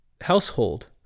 household